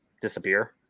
disappear